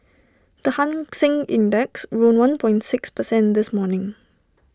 the hang Seng index rose one point six percent this morning